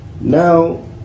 Now